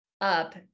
up